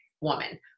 woman